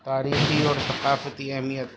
تاریخی اور ثقافتی اہمیت